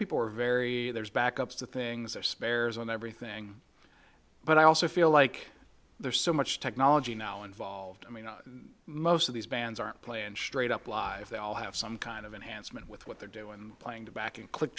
people are very there's backups to things or spares and everything but i also feel like there's so much technology now involved i mean most of these bands aren't playing straight up live they all have some kind of enhancement with what they're doing playing back and click